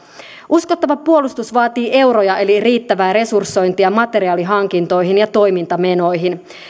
uskottava puolustus vaatii euroja eli riittävää resursointia materiaalihankintoihin ja toimintamenoihin